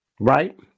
Right